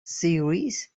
series